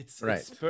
Right